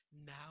now